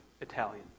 Italian